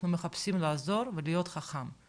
אנחנו מחפשים לעזור ולהיות חכמים.